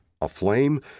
aflame